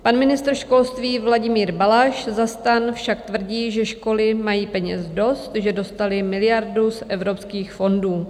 Pan ministr školství Vladimír Balaš za STAN však tvrdí, že školy mají peněz dost, že dostaly miliardu z evropských fondů.